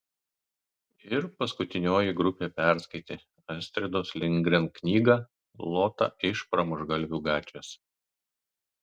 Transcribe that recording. ir paskutinioji grupė perskaitė astridos lindgren knygą lota iš pramuštgalvių gatvės